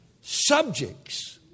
Subjects